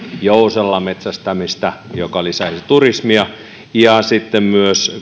jousella metsästämistä joka lisäisi turismia ja katsottava myös